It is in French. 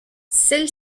celle